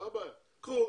קחו,